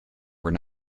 were